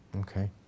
Okay